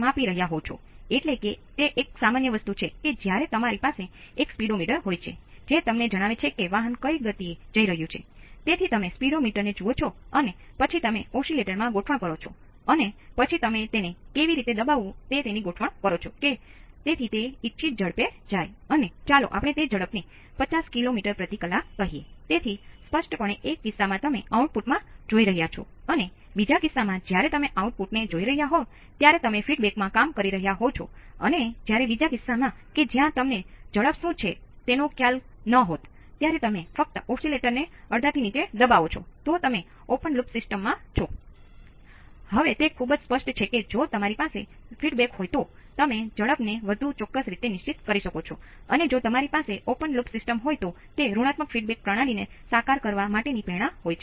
અહી મુદ્દો એ છે કે તમે આ R2 ને R1 રેશિયો Vo1 અને Vo2 ને જુઓ તો પણ તેનો મોટો ભાગ V1 V2 નો તફાવત હોય છે અહીં પૃથક વોલ્ટેજ V1 ને ફરીથી 1 સાથે ગુણાકાર કરવામાં આવે છે જ્યારે તફાવત વોલ્ટેજ V1 V2 ને R2 ભાંગ્યા R1 દ્વારા ગુણાકાર કરવામાં આવે છે